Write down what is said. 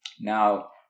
Now